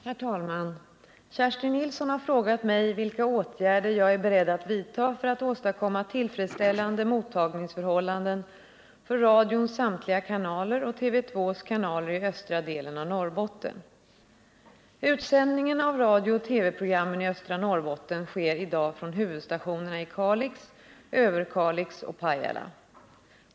Herr talman! Kerstin Nilsson har frågat mig vilka åtgärder jag är beredd att vidta för att åstadkomma tillfredsställande mottagningsförhållanden för radions samtliga kanaler och TV:s två kanaler i östra delen av Norrbotten. Utsändningen av radiooch TV-programmer i östra Norrbotten sker i dag från huvudstationerna i Kalix, Överkalix och Pajala.